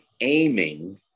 aiming